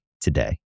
today